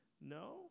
no